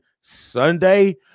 sunday